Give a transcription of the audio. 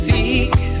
seek